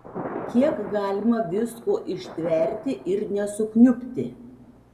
kiek galima visko ištverti ir nesukniubti